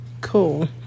cool